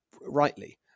rightly